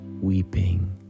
weeping